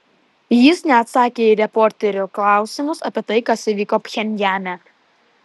jis neatsakė į reporterių klausimus apie tai kas įvyko pchenjane